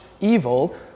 evil